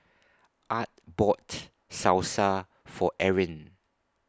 Art bought Salsa For Erin